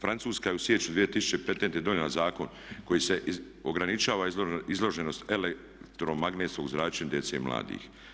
Francuska je u siječnju 2015. donijela zakon koji se ograničava izloženost elektromagnetskog zračenja djece i mladih.